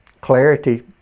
clarity